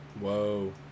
Whoa